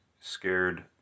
scared